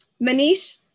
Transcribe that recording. Manish